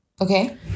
okay